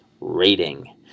Rating